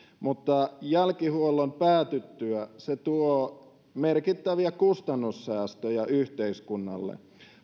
mutta jälkihuollon päätyttyä se tuo merkittäviä kustannussäästöjä yhteiskunnalle